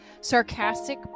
sarcastic